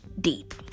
deep